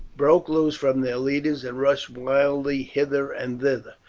broke loose from their leaders and rushed wildly hither and thither,